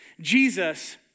Jesus